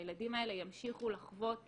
הילדים ימשיכו לחוות בפנים,